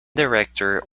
director